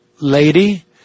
lady